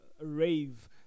rave